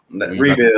Rebuild